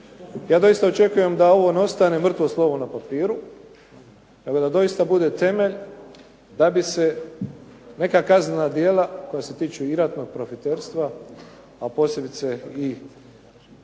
Ja doista očekujem da ovo ne ostane mrtvo slovo na papiru, nego da doista bude temelj da bi se neka kaznena djela koja se tiču i ratnog profiterstva, a posebice